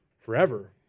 forever